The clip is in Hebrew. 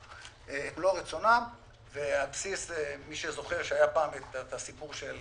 על בסיס, מי שזוכר, שהיה פעם את הסיפור של